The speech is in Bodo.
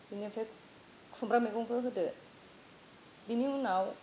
बेनिफ्राय खुम्ब्रा मैगंखो होदो बिनि उनाव